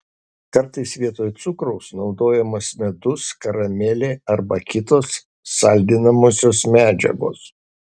kartais vietoj cukraus naudojamas medus karamelė arba kitos saldinamosios medžiagos